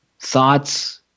Thoughts